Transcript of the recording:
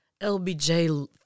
LBJ